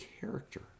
character